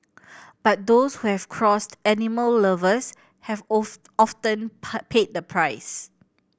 but those who have crossed animal lovers have often paid the price